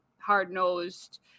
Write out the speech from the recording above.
hard-nosed